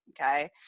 okay